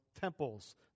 temples